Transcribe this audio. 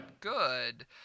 Good